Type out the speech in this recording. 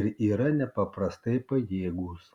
ir yra nepaprastai pajėgūs